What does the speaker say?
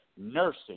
nursing